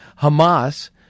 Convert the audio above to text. Hamas